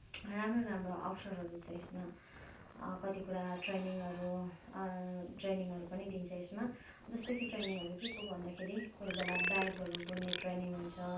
राम्रो राम्रो अवसरहरू छ यसमा कति कुरा ट्रेनिङहरू ट्रेनिङहरू पनि दिन्छ यसमा जस्तै कि ट्रेनिङहरू केको भन्दाखेरि कोही बेला ब्यागहरू बुन्ने ट्रेनिङ हुन्छ